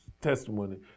testimony